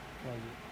what is it